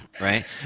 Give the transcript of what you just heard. right